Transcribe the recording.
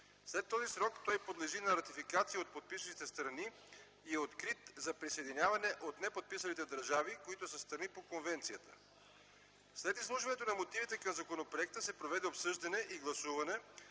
След този срок той подлежи на ратификация от подписващите страни и е открит за присъединяване от неподписалите държави, които са страни по конвенцията. След изслушването на мотивите към законопроекта се проведе обсъждане и гласуване,